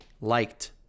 liked